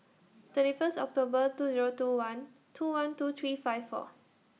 thirty First October two Zero two one two one two three five four